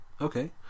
Okay